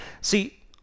See